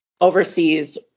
overseas